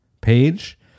page